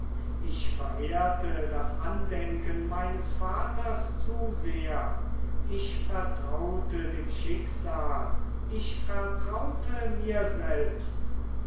ich verehrte das andenken meines vaters zu sehr ich vertraute dem schicksal ich vertraute mir selbst